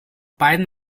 beiden